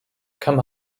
come